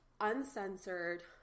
uncensored